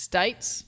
States